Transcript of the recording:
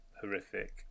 horrific